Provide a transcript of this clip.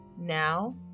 Now